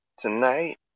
tonight